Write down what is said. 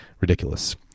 Ridiculous